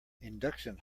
induction